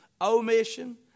omission